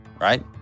right